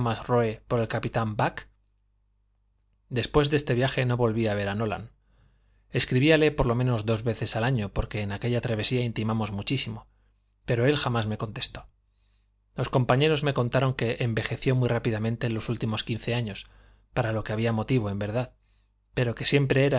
por el capitán back después de este viaje no volví a ver a nolan escribíale por lo menos dos veces al año porque en aquella travesía intimamos muchísimo pero él jamás me contestó los compañeros me contaron que envejeció muy rápidamente en los últimos quince años para lo que había motivo en verdad pero que siempre